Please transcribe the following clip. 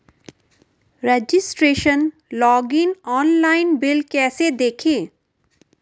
Registration login online bill कैसे देखें?